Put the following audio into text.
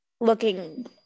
looking